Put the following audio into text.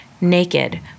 naked